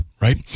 right